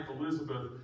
Elizabeth